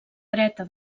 dreta